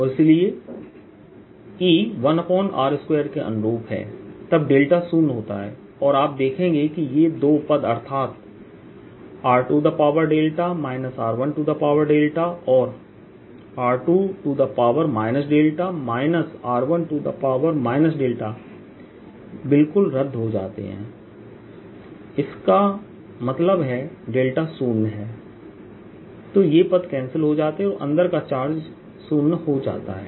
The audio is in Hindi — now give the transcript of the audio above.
और इसलिए यदि E 1r2 के अनुरूप है तब डेल्टा शून्य होता है और आप देखेंगे कि ये दो पद अर्थात और बिल्कुल रद्द हो जाते हैं इसका मतलब है डेल्टा शून्य है तो ये पद कैंसिल हो जाते हैं और अंदर का चार्ज शून्य हो जाता है